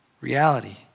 reality